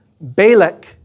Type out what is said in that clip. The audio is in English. Balak